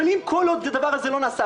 אבל כל עוד הדבר הזה לא נעשה,